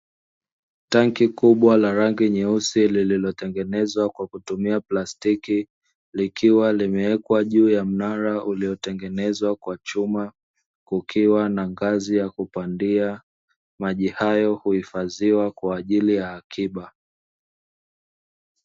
Tenki kubwa la rangi nyeusi lililotengenezwa kwa kutumia plastiki, likiwa limewekwa juu ya mnara uliotengenezwa kwa chuma kukiwa na ngazi ya kupandia. Maji hayo huhifadhiwa kwaajili ya akiba.